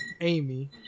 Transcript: Amy